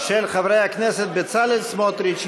של חברי הכנסת בצלאל סמוטריץ,